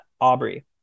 Aubrey